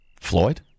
Floyd